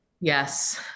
Yes